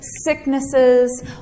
sicknesses